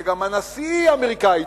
שגם הנשיא האמריקני התחלף.